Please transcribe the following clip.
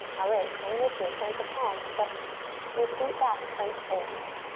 alright, hang with me. plant the palms, step your feet back, plank pose.